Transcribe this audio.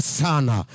sana